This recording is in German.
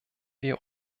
wir